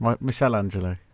Michelangelo